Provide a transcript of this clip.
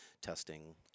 testing